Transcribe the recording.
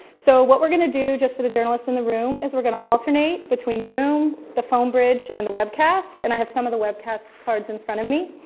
so what we're going to do just for the journalists the room is we're going to alternate between the room, the phone bridge, and the webcast. and i have some of the webcast cards in front of me.